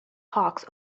hawks